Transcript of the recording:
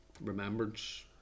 Remembrance